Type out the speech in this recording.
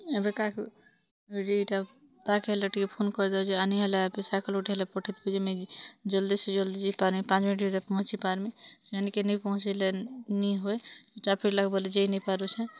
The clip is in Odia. ଏବେ କାକୁ ରୀଟା କାହାକେ ହେଲେ ଟିକେ ଫୋନ୍ କରିବ୍ ଯେ ଆନି ହେଲେ ଏବେ ସାଇକେଲ୍ ଉଠେଇଲେ ପଠେଇତେ ଯିମି କି ଜଲ୍ଦି ସେ ଜଲ୍ଦି ଯେଇ ପାରେଁ ପାଞ୍ଚ୍ ମିନିଟ୍ରେ ପହଞ୍ଚି ପାରମି ସେ ନିକେ ନେଇ ପହଞ୍ଚିଲେ ନି ହୁଏ ଟ୍ରାଫିକ୍ ଲାଗୁ ବୋଲି ଯେଇ ନେଇ ପାରୁଛେଁ